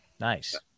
Nice